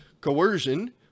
coercion